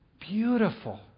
beautiful